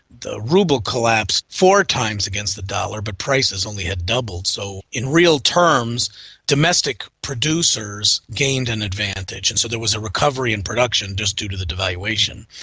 the ruble collapsed four times against the dollar, but prices only had doubled, so in real terms domestic producers gained an advantage. and so there was a recovery in production just due to the devaluation.